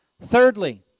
Thirdly